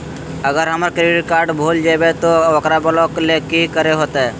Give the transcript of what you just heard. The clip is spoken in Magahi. अगर हमर क्रेडिट कार्ड भूल जइबे तो ओकरा ब्लॉक लें कि करे होते?